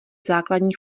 základní